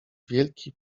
wielki